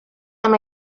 amb